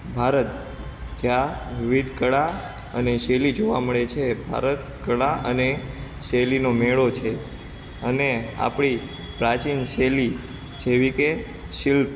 ભારત જ્યાં વિવિધ કળા અને શૈલી જોવા મળે છે ભારત ઘણા અને શૈલીનો મેળો છે અને આપણી પ્રાચીન શૈલી જેવી કે શિલ્પ